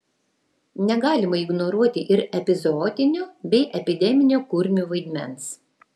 negalima ignoruoti ir epizootinio bei epideminio kurmių vaidmens